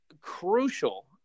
crucial